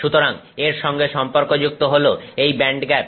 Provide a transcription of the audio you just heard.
সুতরাং এর সঙ্গে সম্পর্কযুক্ত হলো এই ব্যান্ডগ্যাপ